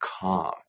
calm